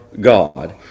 God